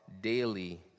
daily